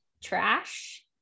trash